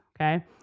Okay